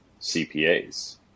CPAs